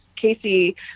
Casey